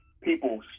people